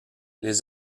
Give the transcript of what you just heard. les